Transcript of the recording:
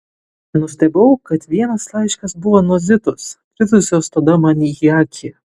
nustebau kad vienas laiškas buvo nuo zitos kritusios tada man į akį